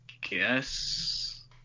guess